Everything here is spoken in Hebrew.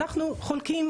אנחנו חולקים.